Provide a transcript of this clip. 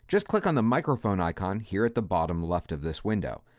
just click on the microphone icon here at the bottom left of this window.